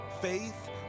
Faith